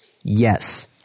Yes